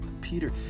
Peter